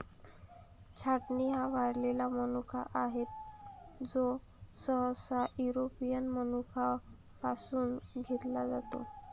छाटणी हा वाळलेला मनुका आहे, जो सहसा युरोपियन मनुका पासून घेतला जातो